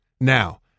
now